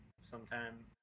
sometime